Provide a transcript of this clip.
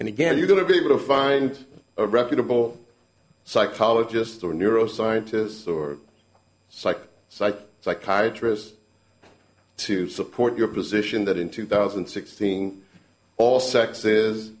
and again you're going to be able to find a reputable psychologist or neuroscientists or psych psych psychiatry has to support your position that in two thousand and sixteen all sex is